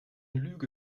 lüge